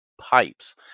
pipes